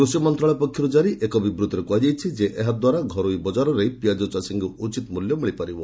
କୃଷି ମନ୍ତ୍ରଣାଳୟ ପକ୍ଷରୁ ଜାରି ଏକ ବିବୃଭିରେ କୁହାଯାଇଛି ଏହା ଦ୍ୱାରା ଘରୋଇ ବଜାରରେ ପିଆଜ୍ଚ ଚାଷୀଙ୍କୁ ଉଚିତ ମୂଲ୍ୟ ମିଳିପାରିବ